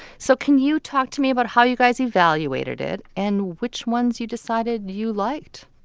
so can you talk to me about how you guys evaluated it, and which ones you decided you liked?